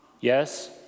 Yes